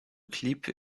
clips